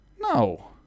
No